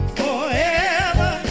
forever